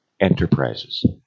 enterprises